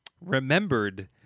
remembered